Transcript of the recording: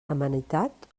amenitat